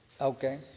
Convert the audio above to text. Okay